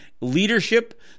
leadership